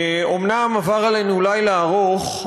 אומנם עבר עלינו לילה ארוך,